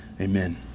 Amen